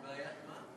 בבעיית מה?